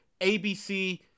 ABC